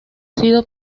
sido